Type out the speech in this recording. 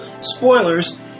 Spoilers